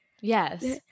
Yes